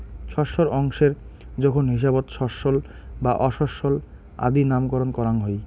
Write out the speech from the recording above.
শস্যর অংশের জোখন হিসাবত শস্যল বা অশস্যল আদি নামকরণ করাং হই